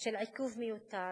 של עיכוב מיותר